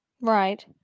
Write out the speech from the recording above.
Right